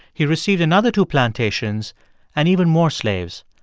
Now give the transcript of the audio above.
he received another two plantations and even more slaves.